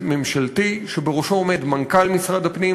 ממשלתי שבראשו עומד מנכ"ל משרד הפנים.